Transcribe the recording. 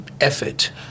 effort